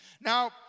Now